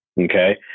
Okay